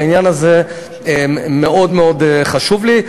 העניין הזה מאוד מאוד חשוב לי.